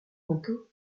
longtemps